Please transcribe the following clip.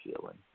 feeling